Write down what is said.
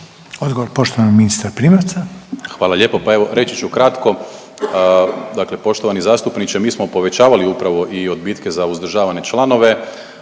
Odgovor poštovanog ministra Primorca. **Primorac, Marko** Hvala lijepo. Pa evo reći ću kratko. Dakle, poštovani zastupniče mi smo povećavali upravo i odbitke za uzdržavane članove.